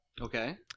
Okay